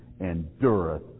endureth